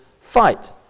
fight